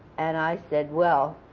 and i said, well,